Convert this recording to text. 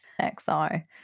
XR